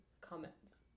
Comments